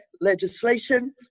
legislation